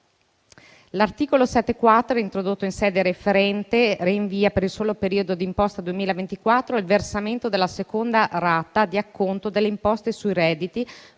L'articolo 7-*quater*, introdotto in sede referente, rinvia, per il solo periodo d'imposta 2024, il versamento della seconda rata di acconto delle imposte sui redditi,